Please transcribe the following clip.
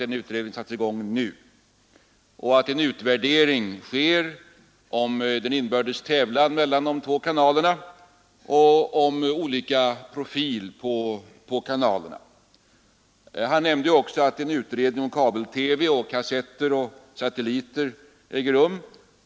En utvärdering kommer alltså att ske i fråga om den inbördes tävlan mellan de två kanalerna och i fråga om olika profil på kanalerna. Radiochefen nämnde också att en utredning om kabel-TV, kassetter och satelliter äger rum.